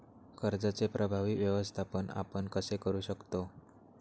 कर्जाचे प्रभावी व्यवस्थापन आपण कसे करु शकतो?